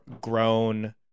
grown